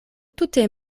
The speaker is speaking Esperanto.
tute